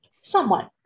somewhat